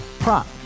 Prop